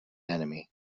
enemy